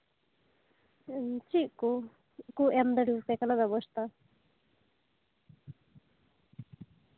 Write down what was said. ᱪᱤᱫ ᱠᱩ ᱮᱢ ᱫᱟᱲᱮᱭᱟᱯᱮ ᱠᱟᱱᱟ ᱵᱮᱵᱚᱥᱛᱷᱟ